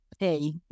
Hey